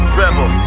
rebel